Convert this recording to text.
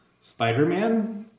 Spider-Man